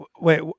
Wait